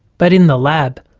but in the lab,